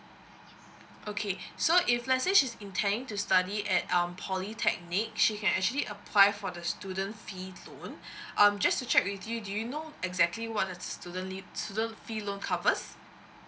okay so if let's say she's intending to study at um polytechnic she can actually apply for the student fee loan um just to check with you do you know exactly what a student lea~ student fee loan covers